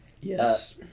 Yes